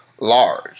large